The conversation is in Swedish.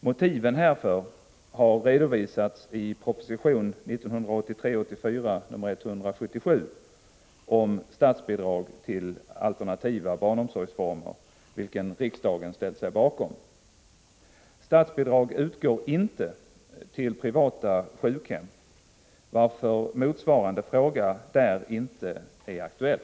Motiven härför har redovisats i proposition 1983/84:177 om statsbidrag till alternativa barnomsorgsformer, vilken riksdagen ställt sig bakom. Statsbidrag utgår inte till privata sjukhem, varför motsvarande fråga där inte är aktuell.